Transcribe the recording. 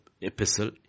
epistle